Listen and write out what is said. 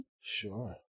Sure